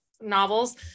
novels